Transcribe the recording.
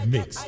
Mix